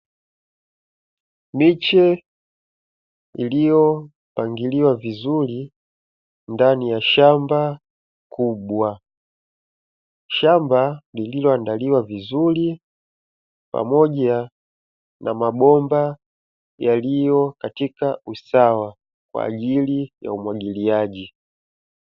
Miche iliyo pangiliwa vizuri ndani ya shamba kubwa, shamba lililo andaliwa vizuri pamoja na mabomba yaliyo katika usawa kwa ajili ya umwagiliaji.